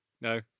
no